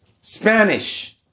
Spanish